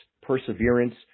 perseverance